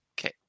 Okay